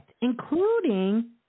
including